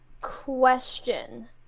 question